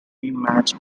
rematch